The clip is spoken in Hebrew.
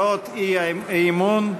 אי-אמון.